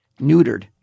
neutered